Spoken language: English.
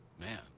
Man